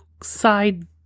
side